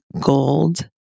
gold